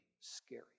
scary